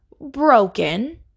broken